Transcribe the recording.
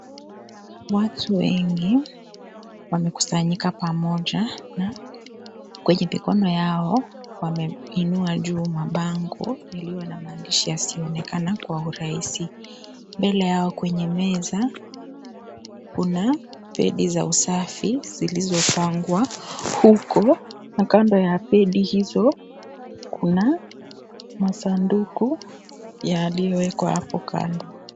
Watu wengi wamekusanyika pamoja na kwenye mikono yao wameinua juu mabango yaliyo na maandishi yasiyoonekana kwa urahisi. Mbele yao kwenye meza kuna pedi za usafi zilizopangwa huko na kando ya pedi hizo kuna masanduku yaliyowekwa hapo kando.